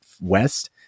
West